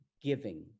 giving